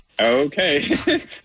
Okay